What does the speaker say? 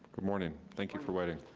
morning, thank you for waiting.